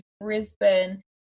Brisbane